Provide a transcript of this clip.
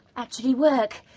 actually work,